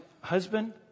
husband